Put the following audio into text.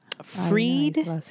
Freed